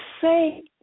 say